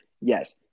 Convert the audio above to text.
Yes